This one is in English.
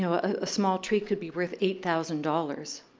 so a small tree could be worth eight thousand dollars